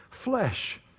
flesh